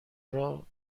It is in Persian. راه